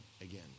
again